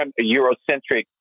Eurocentric